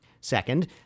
Second